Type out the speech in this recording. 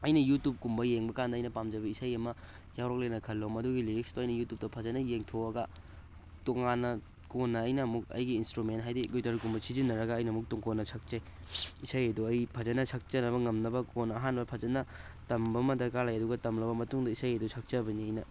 ꯑꯩꯅ ꯌꯨꯇ꯭ꯌꯨꯕ ꯀꯨꯝꯕ ꯌꯦꯡꯕ ꯀꯥꯟꯗ ꯑꯩꯅ ꯄꯥꯝꯖꯕ ꯏꯁꯩ ꯑꯃ ꯌꯥꯎꯔꯛꯂꯦꯅ ꯈꯜꯂꯣ ꯃꯗꯨꯒꯤ ꯂꯤꯔꯤꯛꯁꯇꯨ ꯑꯩꯅ ꯌꯨꯇ꯭ꯌꯨꯕꯇ ꯐꯖꯅ ꯌꯦꯡꯊꯣꯛꯑꯒ ꯇꯣꯉꯥꯟꯅ ꯀꯣꯟꯅ ꯑꯩꯅ ꯑꯃꯨꯛ ꯑꯩꯒꯤ ꯏꯟꯁꯇ꯭ꯔꯨꯃꯦꯟ ꯍꯥꯏꯗꯤ ꯒ꯭ꯋꯤꯇꯔꯒꯨꯝꯕ ꯁꯤꯖꯤꯟꯅꯔꯒ ꯑꯩꯅ ꯑꯃꯨꯛ ꯇꯨꯡ ꯀꯣꯏꯅ ꯁꯛꯆꯩ ꯏꯁꯩ ꯑꯗꯣ ꯑꯩ ꯐꯖꯅ ꯁꯛꯆꯅꯕ ꯉꯝꯅꯕ ꯈꯣꯟ ꯑꯍꯥꯟꯕ ꯐꯖꯅ ꯇꯝꯕ ꯑꯃ ꯗꯔꯀꯥꯔ ꯂꯩ ꯑꯗꯨꯒ ꯇꯝꯂꯕ ꯃꯇꯨꯡꯗ ꯏꯁꯩ ꯑꯗꯨ ꯁꯛꯆꯕꯅꯤ ꯑꯩꯅ